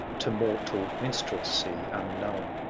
to mortal minstrelsy unknown.